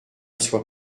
soit